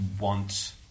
want